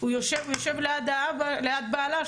הוא יושב לידה בעלה,